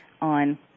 on